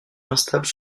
instable